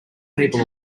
people